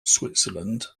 switzerland